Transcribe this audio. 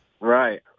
Right